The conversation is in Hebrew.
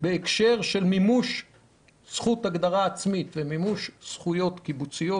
בהקשר של מימוש זכות הגדרה עצמית ומימוש זכויות קיבוציות,